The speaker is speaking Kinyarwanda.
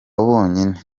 bonyine